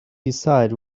decide